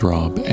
Rob